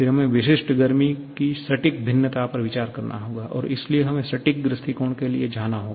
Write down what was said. फिर हमें विशिष्ट गर्मी की सटीक भिन्नता पर विचार करना होगा और इसलिए हमें सटीक दृष्टिकोण के लिए जाना होगा